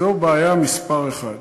זו בעיה מספר אחת.